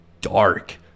dark